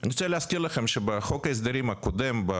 אני רוצה להזכיר לכם שבחוק ההסדרים הקודם שלא עבר,